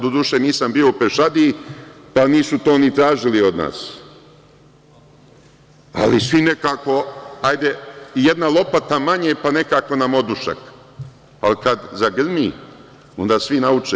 Doduše, nisam bio u pešadiji, pa nisu to ni tražili od nas, ali svi nekako ajde jedna lopata manje, pa nekako nam odušak, ali kada zagrmi onda svi nauče.